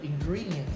ingredients